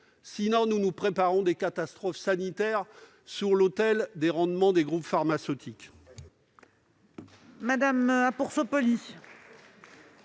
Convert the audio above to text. sinon nous nous préparons des catastrophes sanitaires sur l'autel des rendements des groupes pharmaceutiques.